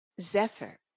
Zephyr